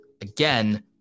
again